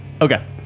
Okay